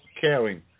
caring